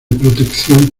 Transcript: protección